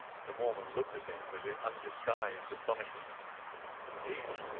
the mormon looked at him with undisguised astonishment indeed,